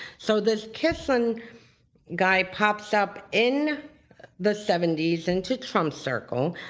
so the kislin guy pops up in the seventy s into trump's circle,